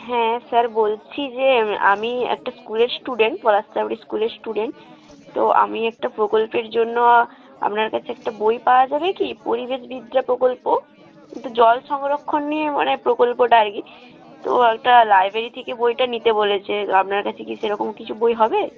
হ্যাঁ স্যার বলছি যে আমি একটা স্কুলের স্টুডেন্ট পলাশচাবড়ি স্কুলের স্টুডেন্ট তো আমি একটা প্রকল্পের জন্য আপনার কাছে একটা বই পাওয়া যাবে কি পরিবেশবিদ্যা প্রকল্প জল সংরক্ষণ নিয়ে মানে প্রকল্পটা আর কি তো ওটা লাইব্রেরি থেকে বইটা নিতে বলেছে আপনার কাছে কি সেরকম কিছু বই হবে